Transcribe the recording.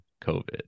COVID